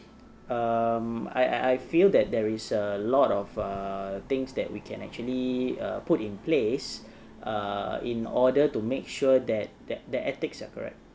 um I I feel that there is a lot of err things that we can actually err put in place err in order to make sure that that that ethics are correct